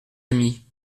ami